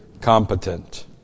competent